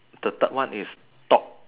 the third one is thought